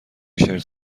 شرت